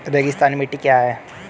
रेगिस्तानी मिट्टी क्या है?